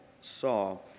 saw